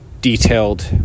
detailed